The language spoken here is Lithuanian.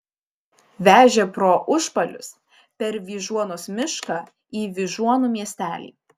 vežė pro užpalius per vyžuonos mišką į vyžuonų miestelį